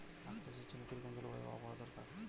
আখ চাষের জন্য কি রকম জলবায়ু ও আবহাওয়া দরকার?